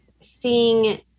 seeing